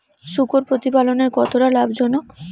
শূকর প্রতিপালনের কতটা লাভজনক?